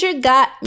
got